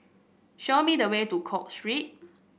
show me the way to Cook Street